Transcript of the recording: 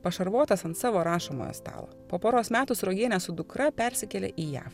pašarvotas ant savo rašomojo stalo po poros metų sruogienė su dukra persikėlė į jav